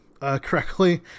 correctly